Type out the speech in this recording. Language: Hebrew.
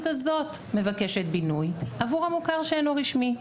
הזאת מבקשת בינוי עבור המוכר שאינו רשמי,